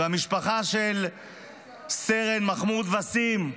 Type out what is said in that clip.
ואת המשפחה של סרן ווסים מחמוד,